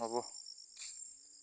হ'ব